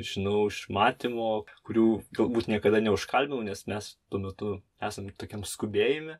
žinau iš matymo kurių galbūt niekada neužkalbinau nes mes tuo metu esam tokiam skubėjime